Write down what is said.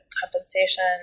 compensation